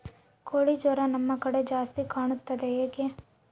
ಕೋಳಿ ಜ್ವರ ನಮ್ಮ ಕಡೆ ಜಾಸ್ತಿ ಕಾಣುತ್ತದೆ ಏಕೆ?